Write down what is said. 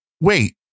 wait